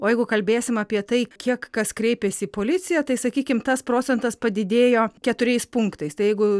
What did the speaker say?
o jeigu kalbėsim apie tai kiek kas kreipės į policiją tai sakykim tas procentas padidėjo keturiais punktais tai jeigu